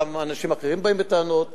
פעם אנשים אחרים באים בטענות.